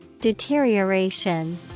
Deterioration